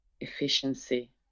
efficiency